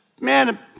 man